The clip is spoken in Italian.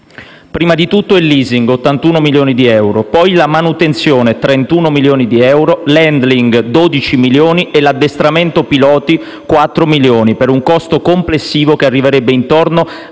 prima di tutto il *leasing*, 81 milioni di euro; poi la manutenzione, 31 milioni di euro; poi l'*handling*, 12 milioni di euro, e l'addestramento piloti, 4 milioni di euro, per un costo complessivo che arriverebbe intorno